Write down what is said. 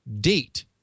date